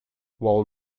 while